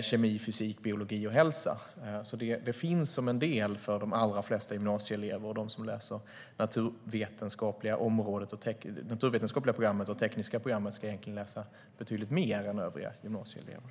kemi, fysik, biologi och hälsa. Det finns därför som en del för de allra flesta gymnasieelever, och de som läser naturvetenskapliga programmet och tekniska programmet ska egentligen läsa betydligt mer än övriga gymnasieelever.